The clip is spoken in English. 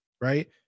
right